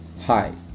Hi